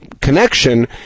connection